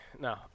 No